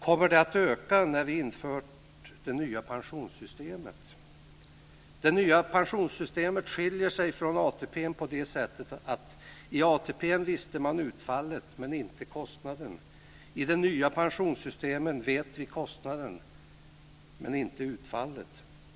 Kommer det att öka när vi infört det nya pensionssystemet? Det nya pensionssystemet skiljer sig från ATP:n. I ATP:n visste man utfallet men inte kostnaden. I det nya pensionssystemet vet vi kostnaden men inte utfallet.